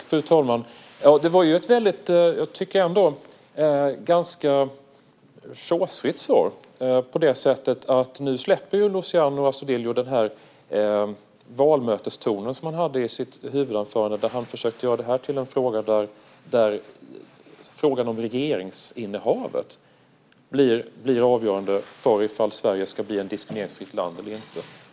Fru talman! Det var ett ganska chosefritt svar. Nu släpper ju Luciano Astudillo den valmöteston han hade i sitt huvudanförande där han försökte göra det här till en fråga där regeringsinnehavet blir avgörande för i fall Sverige ska bli ett diskrimineringsfritt land eller inte.